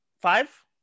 five